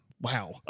Wow